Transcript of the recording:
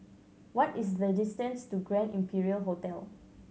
what is the distance to Grand Imperial Hotel